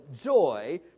joy